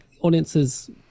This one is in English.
audiences